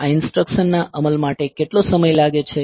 આ ઇન્સટ્રકસન ના અમલ માટે કેટલો સમય લાગે છે